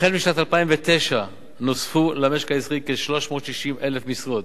החל משנת 2009 נוספו למשק הישראלי כ-360,000 משרות.